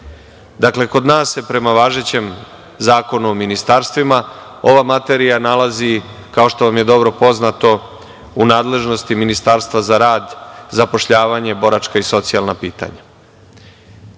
organa. Dakle, kod nas se, prema važećem Zakonu o ministarstvima, ova materija nalazi, kao što vam je dobro poznato, u nadležnosti Ministarstva za rad, zapošljavanje, boračka i socijalna pitanja.